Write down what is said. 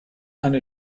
eine